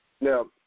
Now